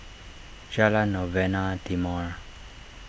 Jalan Novena Timor